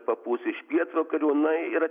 papūs iš pietvakarių na ir